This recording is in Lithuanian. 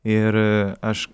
ir aš